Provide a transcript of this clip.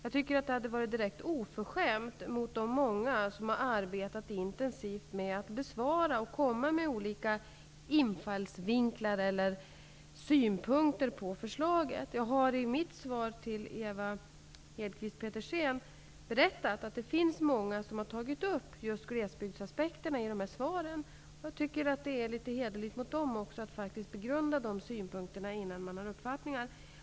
Det hade varit direkt oförskämt mot de många som har arbetat intensivt med att besvara remissen och komma med olika infallsvinklar och synpunkter på förslaget. Jag har i mitt svar till Ewa Hedkvist Petersen berättat att det finns många som har tagit upp just glesbygdsaspekten i remissvaren. De vore hederligt mot dem att begrunda de synpunkterna innan man bildar sig en uppfattning.